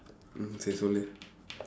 hmm சரி சொல்லு:sari sollu